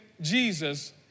Jesus